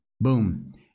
Boom